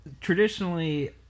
traditionally